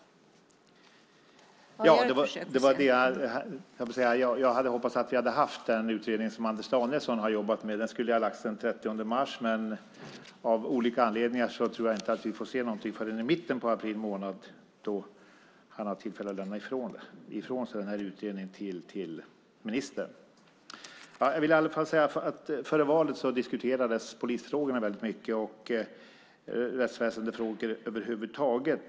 Jag hade hoppats att vi hade haft en utredning som Anders Danielsson gjort. Den skulle ha lagts fram den 30 mars. Men av olika anledningar tror jag inte att vi får se någonting förrän i mitten på april månad då han har tillfälle att lämna ifrån sig utredningen till ministern. Före valet diskuterades polisfrågorna väldigt mycket och rättsväsendefrågor över huvud taget.